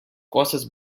costas